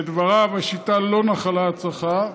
לדבריו, השיטה לא נחלה הצלחה,